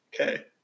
okay